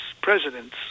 presidents